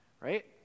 right